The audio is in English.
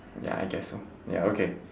ya I guess so ya okay